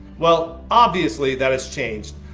well, obviously that has changed,